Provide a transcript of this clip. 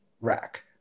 rack